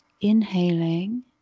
Inhaling